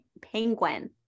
penguin